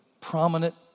prominent